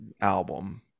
album